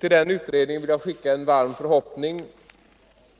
Till den utredningen vill jag skicka en hälsning med en varm förhoppning om